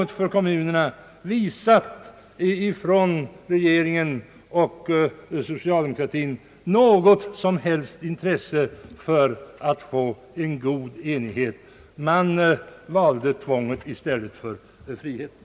ändring i kommunindelningen munernas del har från regeringens och socialdemokratins sida inte visats något som helst intresse för att uppnå enighet. Man valde tvånget i stället för friheten.